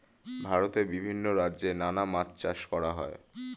ভারতে বিভিন্ন রাজ্যে নানা মাছ চাষ করা হয়